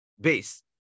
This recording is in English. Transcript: Base